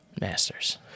masters